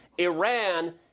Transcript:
Iran